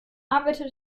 arbeitete